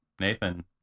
Nathan